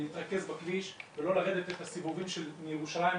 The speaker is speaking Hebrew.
להתרכז בכביש ולא לרדת את הסיבובים של ירושלים,